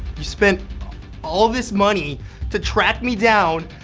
you spent all this money to track me down,